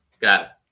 got